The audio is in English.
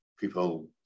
People